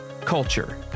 culture